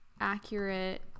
accurate